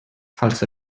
falls